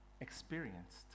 experienced